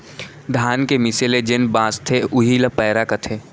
धान के मीसे ले जेन बॉंचथे उही ल पैरा कथें